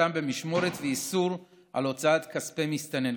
החזקתם במשמורת ואיסור הוצאת כספי מסתנן.